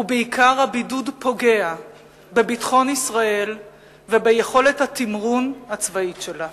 ובעיקר הבידוד פוגע בביטחון ישראל וביכולת התמרון הצבאית שלה.